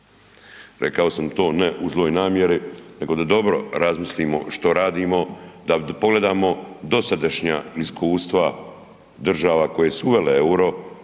Rekao sam to ne u zloj namjeri nego da dobro razmislimo što radimo, da pogledamo dosadašnja iskustva država koje su uvele EUR-o